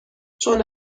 چون